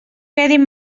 quedin